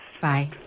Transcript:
Bye